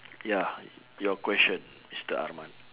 ya your question mister arman